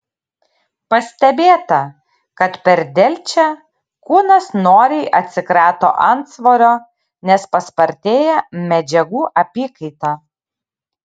pastebėta kad per delčią kūnas noriai atsikrato antsvorio nes paspartėja medžiagų apykaita